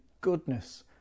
goodness